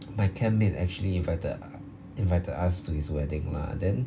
my campmate actually invited invited us to his wedding lah then